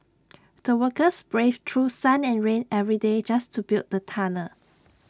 the workers braved through sun and rain every day just to build the tunnel